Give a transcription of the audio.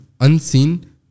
Unseen